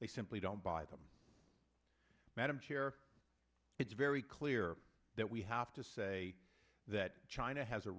they simply don't buy them madam chair it's very clear that we have to say that china has a